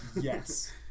Yes